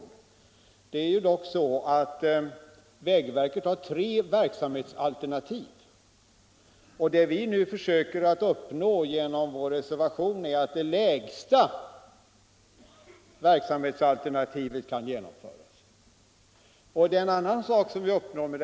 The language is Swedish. Men det är så att vägverket har tre verksamhetsalternativ och vad vi nu försöker uppnå genom vår reservation är att det lägsta verksamhetsalternativet kan genomföras. Dessutom uppnår vi en annan sak.